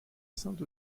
saint